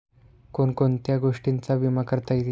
कोण कोणत्या गोष्टींचा विमा करता येईल?